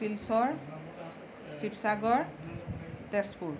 Silchar Sivasagar Tezpur